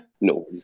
no